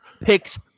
picks